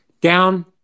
down